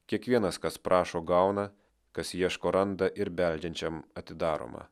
kiekvienas kas prašo gauna kas ieško randa ir beldžiančiam atidaroma